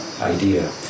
idea